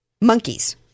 Monkeys